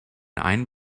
ein